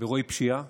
באירועי פשיעה,